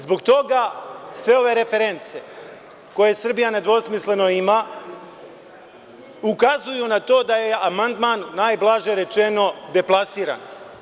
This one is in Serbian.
Zbog toga, sve ove reference koje Srbija nedvosmisleno ima ukazuju na to da je amandman najblaže rečeno deplasiran.